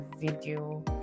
video